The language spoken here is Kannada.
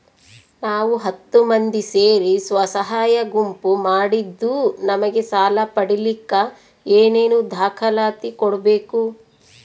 ನಾವು ಹತ್ತು ಮಂದಿ ಸೇರಿ ಸ್ವಸಹಾಯ ಗುಂಪು ಮಾಡಿದ್ದೂ ನಮಗೆ ಸಾಲ ಪಡೇಲಿಕ್ಕ ಏನೇನು ದಾಖಲಾತಿ ಕೊಡ್ಬೇಕು?